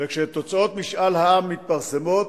וכשתוצאת משאל העם מתפרסמת,